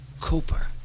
Cooper